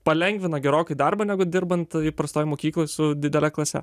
palengvina gerokai darbą negu dirbant įprastoj mokykloj su didele klase